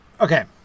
Okay